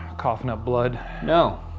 coughing up blood. no,